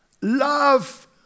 love